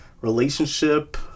Relationship